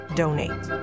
donate